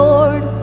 Lord